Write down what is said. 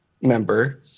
member